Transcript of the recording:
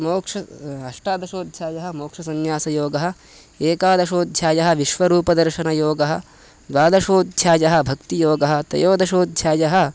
मोक्षः अष्टादशोध्यायः मोक्षसंन्यासयोगः एकादशोध्यायः विश्वरूपदर्शनयोगः द्वादशोध्यायः भक्तियोगः त्रयोदशोध्यायः